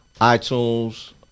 iTunes